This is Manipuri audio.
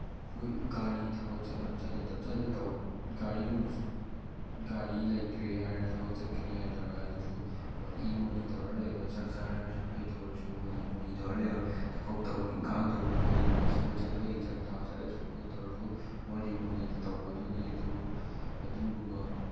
ꯍꯣꯏ ꯒꯥꯔꯤ ꯊꯕꯛ ꯒꯥꯔꯤꯒꯨꯝꯕꯁꯨ ꯒꯥꯔꯤ ꯂꯩꯇ꯭ꯔꯦ ꯍꯥꯏꯔ ꯊꯕꯛ ꯆꯠꯀꯅꯤ ꯍꯥꯏꯔ ꯇꯧꯔ ꯑꯗꯨꯁꯨ ꯃꯣꯂꯤ ꯃꯣꯂꯤ ꯇꯧꯔ ꯂꯩꯕ ꯆꯥꯛ ꯆꯥꯔꯁꯨ ꯀꯩꯗꯧꯔꯁꯨ ꯃꯣꯂꯤ ꯃꯣꯂꯤ ꯇꯧꯔ ꯂꯩꯕ ꯊꯕꯛ ꯏꯟꯈꯥꯡ ꯇꯧꯔꯁꯨ ꯃꯣꯂꯤ ꯃꯣꯂꯤ ꯁ꯭ꯀꯨꯜ ꯆꯠꯄꯒꯤ ꯑꯦꯛꯖꯥꯝ ꯊꯥ ꯆꯠꯂꯁꯨ ꯈꯣꯠ ꯇꯧꯔꯁꯨ ꯃꯣꯂꯤ ꯃꯣꯂꯤꯗ ꯇꯧꯕꯗꯨꯅꯤ ꯑꯗꯨꯕꯨ ꯑꯗꯨꯒꯨꯝꯕ